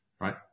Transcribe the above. Right